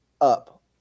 up